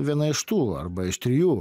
viena iš tų arba iš trijų